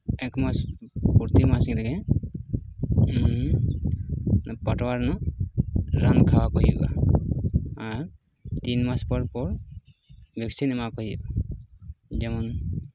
ᱮᱠᱢᱟᱥ ᱯᱨᱚᱛᱤᱢᱟᱥ ᱨᱮ ᱯᱟᱴᱣᱟ ᱨᱮᱱᱟᱜ ᱨᱟᱱ ᱠᱷᱣᱟᱣ ᱠᱚ ᱦᱩᱭᱩᱜᱼᱟ ᱟᱨ ᱛᱤᱱ ᱢᱟᱥ ᱯᱚᱨ ᱯᱚᱨ ᱵᱷᱮᱠᱥᱤᱱ ᱮᱢᱟᱠᱚ ᱦᱩᱭᱩᱜᱼᱟ ᱡᱮᱢᱚᱱ